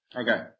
Okay